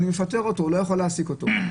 אני מפטר אותו ואני לא יכול להעסיק אותו.